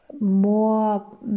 more